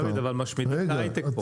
אבל משמיצים כאן את ההיי-טק.